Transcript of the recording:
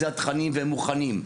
זה התכנים והם מוכנים,